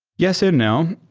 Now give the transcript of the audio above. yes and no.